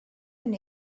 been